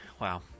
Wow